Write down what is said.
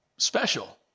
special